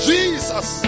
Jesus